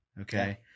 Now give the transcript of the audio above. Okay